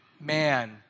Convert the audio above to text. man